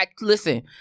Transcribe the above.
Listen